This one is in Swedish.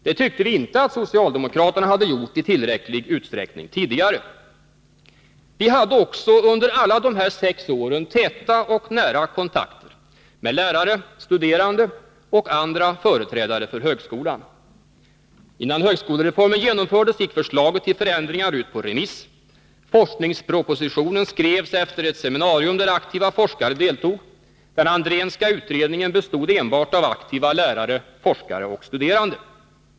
Det tyckte vi inte att socialdemokraterna hade gjort i tillräcklig utsträckning tidigare. Vi hade också under alla de sex åren täta och nära kontakter med lärare, studerande och andra företrädare för högskolan. Innan högskolereformen genomfördes gick förslaget till förändringar ut på remiss. Forskningspropositionen skrevs efter ett seminarium, där aktiva forskare deltog. Den Andrénska utredningen bestod enbart av aktiva lärare, forskare och studerande.